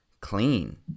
clean